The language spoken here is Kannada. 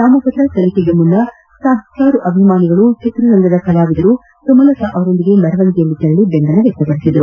ನಾಮಪತ್ರ ಸಲ್ಲಿಕೆಗೆ ಮುನ್ನ ಸಹಸ್ರಾರು ಅಭಿಮಾನಿಗಳು ಚಿತ್ರರಂಗದ ಕಲಾವಿದರು ಸುಮಲತಾ ಅವರೊಂದಿಗೆ ಮೆರವಣಿಗೆಯಲ್ಲಿ ತೆರಳಿ ದೆಂಬಲ ವ್ಯಕ್ತ ಪಡಿಸಿದರು